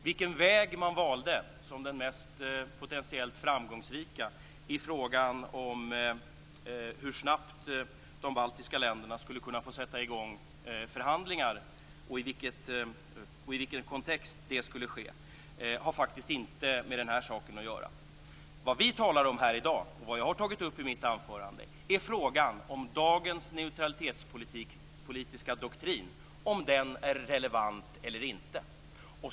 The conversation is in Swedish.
Vilken väg man valde som den potentiellt mest framgångsrika i fråga om hur snabbt de baltiska länderna skulle kunna få sätta i gång förhandlingar och i vilken kontext det skulle ske har faktiskt inte med den här saken att göra. Vad vi talar om här i dag och vad jag har tagit upp i mitt anförande är frågan om dagens neutralitetspolitiska doktrin är relevant eller inte.